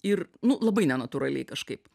ir nu labai nenatūraliai kažkaip